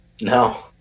no